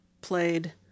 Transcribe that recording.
played